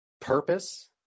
purpose